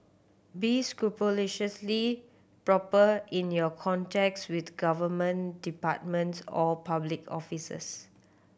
be scrupulously proper in your contacts with government departments or public officers